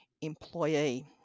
employee